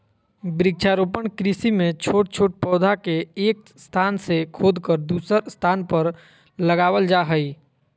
वृक्षारोपण कृषि मे छोट छोट पौधा के एक स्थान से खोदकर दुसर स्थान पर लगावल जा हई